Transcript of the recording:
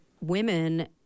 women